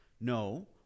No